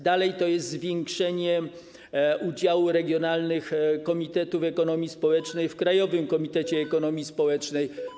Dalej, jest zwiększenie udziału regionalnych komitetów ekonomii społecznej w Krajowym Komitecie Rozwoju Ekonomii Społecznej.